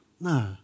No